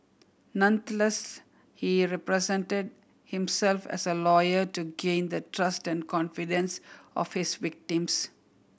nonetheless he represented himself as a lawyer to gain the trust and confidence of his victims